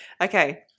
Okay